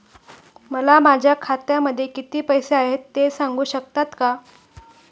मला माझ्या खात्यामध्ये किती पैसे आहेत ते सांगू शकता का?